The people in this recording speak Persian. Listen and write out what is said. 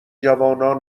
جوانان